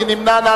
מי נמנע?